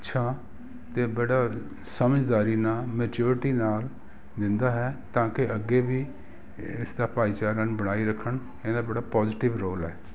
ਅੱਛਾ ਅਤੇ ਬੜਾ ਸਮਝਦਾਰੀ ਨਾਲ ਮੈਚਿਓਰਟੀ ਨਾਲ ਦਿੰਦਾ ਹੈ ਤਾਂ ਕਿ ਅੱਗੇ ਵੀ ਇਸਦਾ ਭਾਈਚਾਰਾ ਨੂੰ ਬਣਾਈ ਰੱਖਣ ਇਹਦਾ ਬੜਾ ਪੋਜੀਟਿਵ ਰੋਲ ਹੈ